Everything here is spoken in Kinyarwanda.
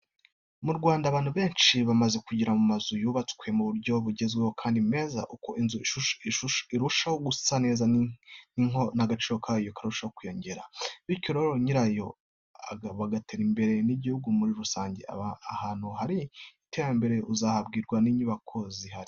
Mu Rwanda ahantu henshi hamaze kugera amazu yubatswe mu buryo bugezweho kandi meza. Uko inzu irushaho gusa neza ni ko n'agaciro kayo karushaho kwiyongera, bityo ba nyirayo bagatera imbere n'igihugu muri rusange. Ahantu hari iterambere uzahabwirwa n'inyubako zihari.